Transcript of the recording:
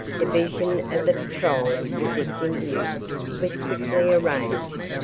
division of the patrol with this in view was quickly arranged,